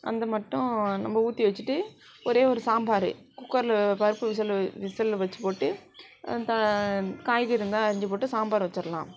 அந்த மட்டும் நம்ப ஊற்றி வச்சுட்டு ஒரே ஒரு சாம்பார் குக்கரில் பருப்பு விசில் விசில் வச்சு போட்டு காய்கறி இருந்தால் அரிஞ்சு போட்டு சாம்பார் வச்சிடலாம்